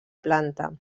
planta